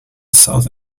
south